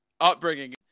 upbringing